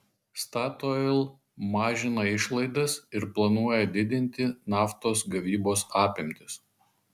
statoil mažina išlaidas ir planuoja didinti naftos gavybos apimtis